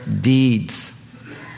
deeds